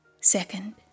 Second